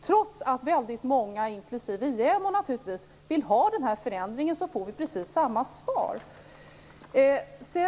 Trots att väldigt många, inklusive JämO naturligtvis, vill se de här förändringarna får vi precis samma svar.